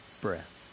breath